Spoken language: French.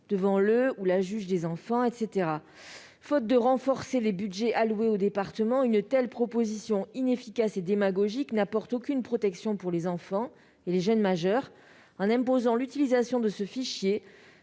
devant un juge des enfants. Faute de renforcer les budgets alloués aux départements, une telle proposition, inefficace et démagogique, n'apporte aucune protection pour les enfants et les jeunes majeurs. En imposant l'utilisation de ce fichier,